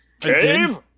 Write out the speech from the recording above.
Dave